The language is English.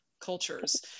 cultures